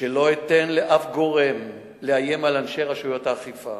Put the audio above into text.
שלא אתן לאף גורם לאיים על אנשי רשויות האכיפה,